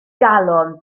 galon